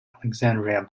alexandria